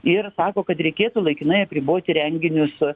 ir sako kad reikėtų laikinai apriboti renginius